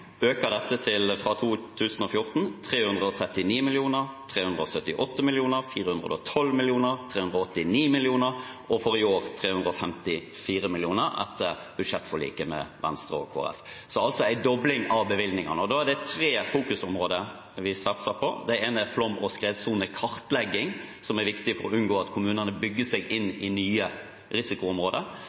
fra 2014 økte dette til henholdsvis 339 mill. kr, 378 mill. kr, 412 mill. kr, 389 mill. kr og – for i år – 354 mill. kr etter budsjettforliket med Venstre og Kristelig Folkeparti. Det er altså en dobling av bevilgningene. Det er tre fokusområder vi satser på. Det ene er flom- og skredsonekartlegging, som er viktig for å unngå at kommunene bygger seg inn i nye risikoområder.